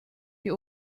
die